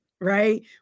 right